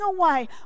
away